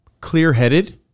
clear-headed